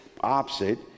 opposite